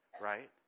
Right